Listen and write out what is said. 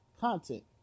content